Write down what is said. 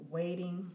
waiting